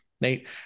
Nate